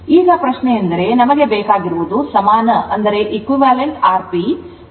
ಈಗ ಪ್ರಶ್ನೆಯೆಂದರೆ ನಮಗೆ ಬೇಕಾಗಿರುವುದು ಸಮಾನ Rp ಮತ್ತು XP